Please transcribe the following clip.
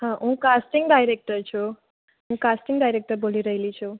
હાં હું casting director છું હું કાસ્ટિંગ ડાયરેક્ટર બોલી રહી છું